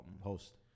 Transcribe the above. host